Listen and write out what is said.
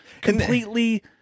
completely